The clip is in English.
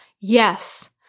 Yes